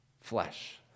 flesh